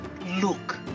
look